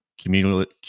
community